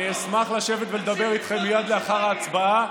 אני אשמח לשבת ולדבר איתכם מייד לאחר ההצבעה,